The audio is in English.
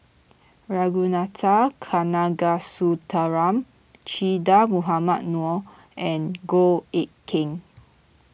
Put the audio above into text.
Ragunathar Kanagasuntheram Che Dah Mohamed Noor and Goh Eck Kheng